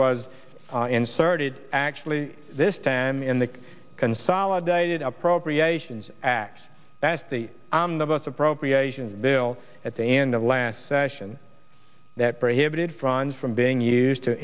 was inserted actually this stand in the consolidated appropriations act passed the on the most appropriations bill at the end of last session that prohibited front from being used to